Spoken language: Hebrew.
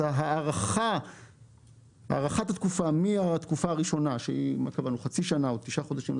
אז הארכת התקופה מהתקופה הראשונה של חצי שנה או תשעה חודשים,